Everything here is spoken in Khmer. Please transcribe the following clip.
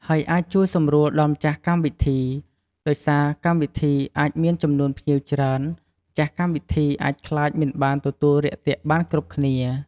ហើយអាចជួយសម្រួលដល់ម្ចាស់កម្មវិធី ដោយសារកម្មវិធីអាចមានចំនួនភ្ញៀវច្រើន ម្ចាស់កម្មវិធីអាចខ្លាចមិនបានទទួលរាក់ទាក់បានគ្រប់គ្នា។